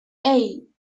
hey